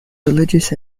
religious